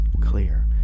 clear